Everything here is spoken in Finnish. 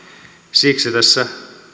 siksi tässä